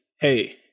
hey